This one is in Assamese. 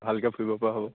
ভালকৈ ফুৰিব পৰা হ'ব